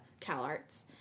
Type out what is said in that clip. CalArts